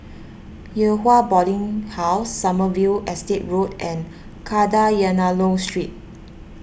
Yew Hua Boarding House Sommerville Estate Road and Kadayanallur Street